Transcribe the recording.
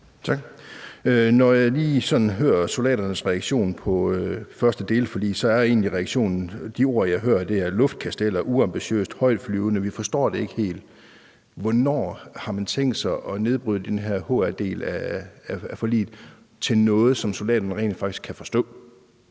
(DD): Når jeg lige sådan hører soldaternes reaktion på det første delforlig, er de ord, jeg hører, luftkastel, uambitiøst og højtflyvende. De forstår det ikke helt. Hvornår har man tænkt sig at opdele den her hr-del af forliget i nogle elementer, som soldaterne rent faktisk kan forstå?